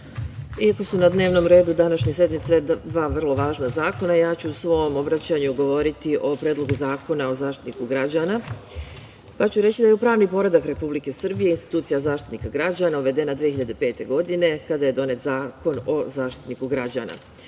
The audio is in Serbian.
Iako su na dnevnom redu današnje sednice dva vrlo važna zakona ja ću u svom obraćanju govoriti o Predlogu Zakona o Zaštitniku građana, pa ću reći da je pravni poredak Republike Srbije institucija Zaštitnika građana uvedena 2005. godine kada je donet Zakon o Zaštitniku